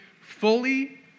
fully